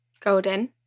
Golden